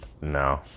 no